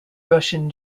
russian